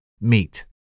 meet